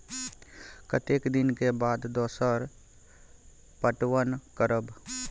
कतेक दिन के बाद दोसर पटवन करब?